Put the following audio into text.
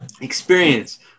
experience